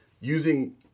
using